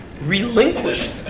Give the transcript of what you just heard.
relinquished